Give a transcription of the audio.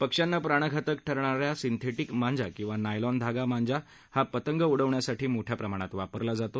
पक्ष्यांना प्राणघातक ठरणाऱ्या सिन्थेटिक मांजा किंवा नायलॉन धागा मांजा हा पतंग उडविण्यासाठी मोठ्या प्रमाणात वापरला जातो